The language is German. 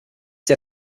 der